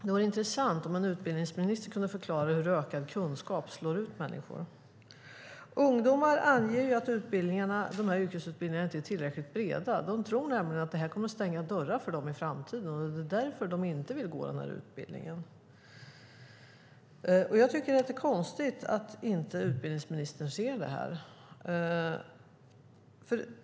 Det vore intressant om en utbildningsminister kunde förklara hur ökad kunskap slår ut människor. Ungdomar anger att yrkesutbildningarna inte är tillräckligt breda. De tror nämligen att detta kommer att stänga dörrar för dem i framtiden. Det är därför de inte vill gå yrkesutbildningen. Jag tycker att det är konstigt att utbildningsministern inte ser detta.